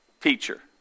Teacher